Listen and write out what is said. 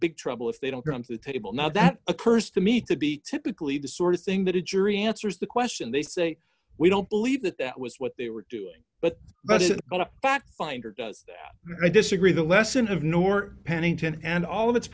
big trouble if they don't come to the table now that occurs to me to be typically the sort of thing that a jury answers the question they say we don't believe that was what they were doing but but but i disagree the lesson of norte pennington and all of its